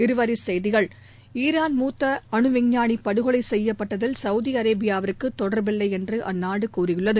இருவரி செய்திகள் ஈரான் மூத்த அனு விஞ்ஞானி படுகொலை செய்யப்பட்டதில் சவுதி அரேபியாவுக்கு தொடர்பில்லை என்று அந்நாடு கூறியுள்ளது